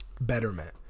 betterment